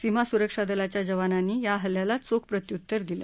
सीमा सुरक्षा दलाच्या जवानांनी या हल्ल्याला चोख प्रत्युत्तर दिलं